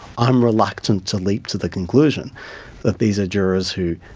i'm reluctant to leap to the conclusion that these are jurors who